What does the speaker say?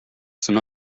san